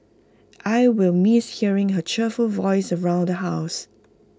I will miss hearing her cheerful voice around the house